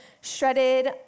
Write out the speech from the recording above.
shredded